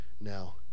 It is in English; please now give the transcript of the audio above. now